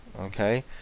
okay